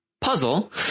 puzzle